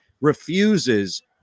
refuses